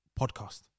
podcast